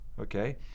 okay